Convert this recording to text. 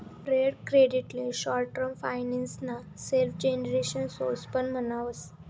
trade credit ले short term finance ना self generation source पण म्हणावस